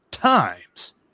times